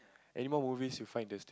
anymore movies you find interesting